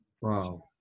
Wow